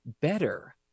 better